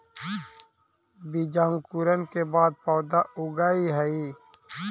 बीजांकुरण के बाद पौधा उगऽ हइ